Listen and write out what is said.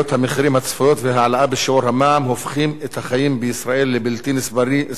החיים בישראל לבלתי נסבלים,